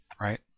right